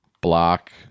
Block